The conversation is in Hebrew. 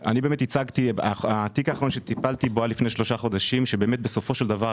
התיק האחרון שטיפלתי בו היה לפני שלושה חודשים ובסופו של דבר,